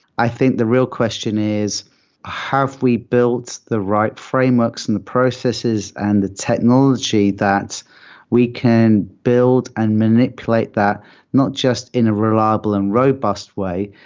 i think the real question is have we built the right frameworks and the processes and the technology that we can build and manipulate that not just in a reliable and robust way,